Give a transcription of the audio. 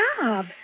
job